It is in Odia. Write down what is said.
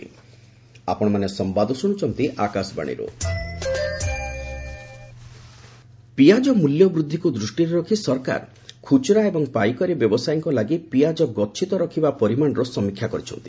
ଗମେଣ୍ଟ ଓନିଅନ୍ ପିଆଜ ମୂଲ୍ୟ ବୃଦ୍ଧିକୁ ଦୃଷ୍ଟିରେ ରଖି ସରକାର ଖୁଚୁରା ଏବଂ ପାଇକାରୀ ବ୍ୟବସାୟୀଙ୍କ ଲାଗି ପିଆଜ ଗଚ୍ଛିତ ରଖିବା ପରିମାଣର ସମୀକ୍ଷା କରିଛନ୍ତି